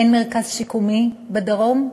אין מרכז שיקומי בדרום,